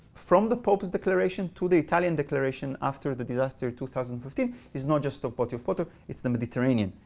from the pope's declaration to the italian declaration after the disaster two thousand and fifteen, is not just a body of water. it's the mediterranean.